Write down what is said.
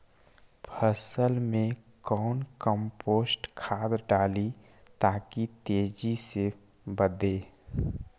फसल मे कौन कम्पोस्ट खाद डाली ताकि तेजी से बदे?